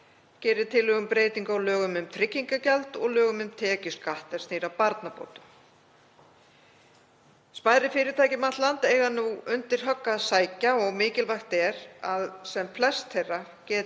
gerir tillögu um breytingu á lögum um tryggingagjald og lögum um tekjuskatt er snýr að barnabótum. Smærri fyrirtæki um allt land eiga nú undir högg að sækja. Mikilvægt er að sem flest þeirra geti